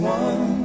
one